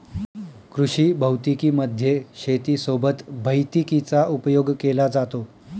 कृषी भौतिकी मध्ये शेती सोबत भैतिकीचा उपयोग केला जातो